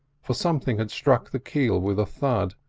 for something had struck the keel with a thud,